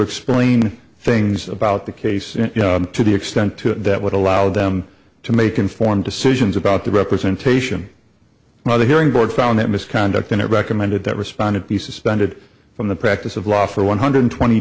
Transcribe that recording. explain things about the case to the extent to that would allow them to make informed decisions about the representation another hearing board found that misconduct and it recommended that respondent be suspended from the practice of law for one hundred twenty